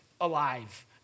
alive